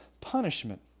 punishment